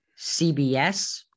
CBS